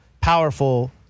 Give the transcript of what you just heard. powerful